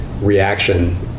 reaction